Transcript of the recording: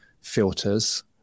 filters